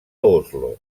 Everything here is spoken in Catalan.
oslo